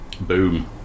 boom